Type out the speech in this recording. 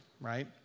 right